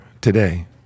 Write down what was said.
today